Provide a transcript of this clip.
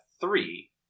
three